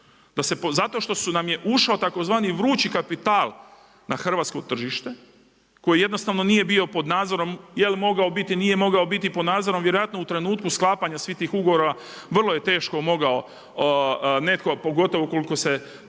zato što nam je ušao tzv. vrući kapital na hrvatsko tržište koji jednostavno nije bio pod nadzorom, jel mogao biti, nije mogao biti, pod nadzorom, vjerojatno u trenutku sklapanja svih tih ugovora vrlo je teško mogao netko, pogotovo ukoliko se